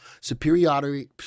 superiority